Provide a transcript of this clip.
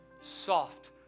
soft